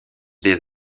des